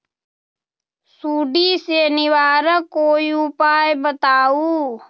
सुडी से निवारक कोई उपाय बताऊँ?